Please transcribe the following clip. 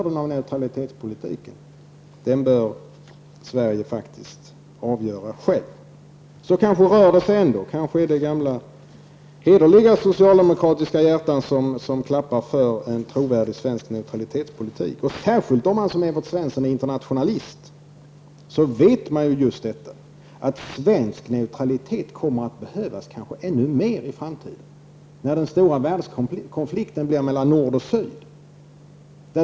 Det kanske ändå rör sig, det är kanske gamla hederliga socialdemokratiska hjärtan som klappar för en trovärdig svensk neutralitetspolitik. Särskilt om man som Evert Svensson är internationalist vet man att svensk neutralitet kanske kommer att behövas ännu mer i framtiden. Inte minst gäller det vid en världskonflikt mellan nord och syd.